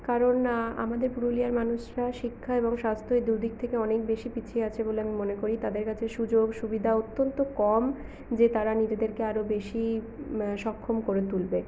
কারণ আমাদের পুরুলিয়ার মানুষরা শিক্ষা এবং স্বাস্থ্য এই দুই দিক থেকে অনেক বেশি পিছিয়ে আছে বলে আমি মনে করি তাদের কাছে সুযোগ সুবিধা অত্যন্ত কম যে তারা নিজেদেরকে আরো বেশি সক্ষম করে তুলবে